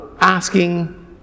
asking